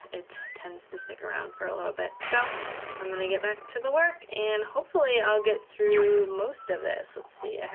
it tends to stick around for a little bit. so i'm gonna get back to the work, and hopefully i'll get through most of this. let's see, i have,